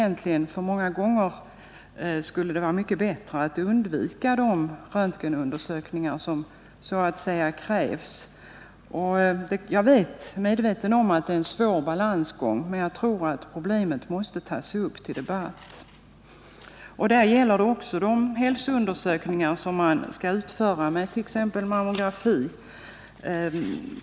Många gånger skulle det vara mycket bättre att undvika de röntgenundersökningar som så att säga krävs. Jag är medveten om att det är en svår balansgång, men jag tror att problemet måste tas upp till debatt. Detta gäller också de hälsoundersökningar som man utför, t.ex. mammografi.